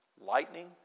lightning